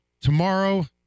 Tomorrow